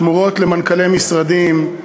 שמורות למנכ"לי משרדים,